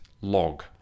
log